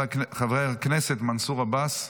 חבר הכנסת מנסור עבאס,